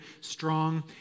strong